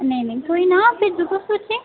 नेईं नेईं कोई ना भेज्जो तुस उसी